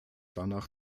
danach